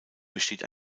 besteht